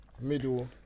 middle